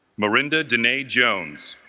marinda denae jones